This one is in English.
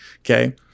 okay